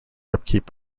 upkeep